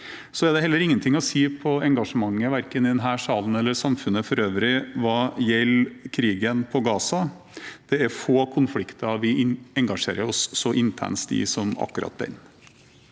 Det er heller ingenting å si på engasjementet, verken i denne salen eller i samfunnet for øvrig, hva gjelder krigen på Gaza. Det er få konflikter vi engasjerer oss så intenst i som akkurat den.